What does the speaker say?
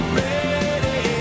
ready